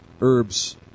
herbs